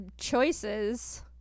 choices